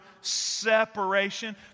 separation